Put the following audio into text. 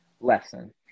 lesson